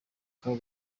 kaga